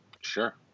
Sure